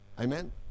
Amen